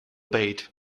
bait